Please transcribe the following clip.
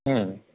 ம்